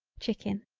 chicken.